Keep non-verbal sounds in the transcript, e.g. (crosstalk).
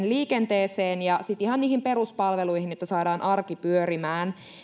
(unintelligible) liikenteeseen ja sitten ihan niihin peruspalveluihin jotta saadaan arki pyörimään